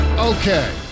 Okay